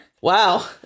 wow